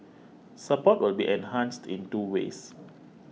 support will be enhanced in two ways